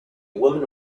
woman